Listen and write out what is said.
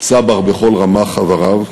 צבר בכל רמ"ח איבריו,